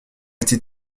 été